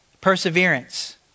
perseverance